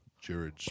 Jared